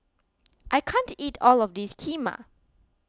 I can't eat all of this Kheema